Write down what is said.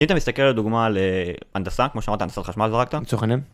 אם אתה מסתכל לדוגמה על הנדסה, כמו ששמעת, הנדסת חשמל, מה זרקת? לצורך העניין.